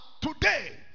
today